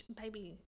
baby